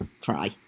try